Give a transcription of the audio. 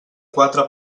quatre